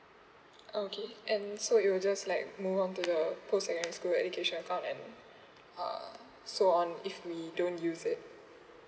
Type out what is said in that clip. okay and so it will just like move on to the post secondary school education fund and uh so on if we don't use it